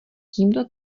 tímto